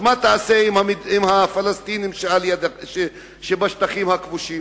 אז מה תעשה עם הפלסטינים שבשטחים הכבושים?